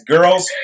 Girls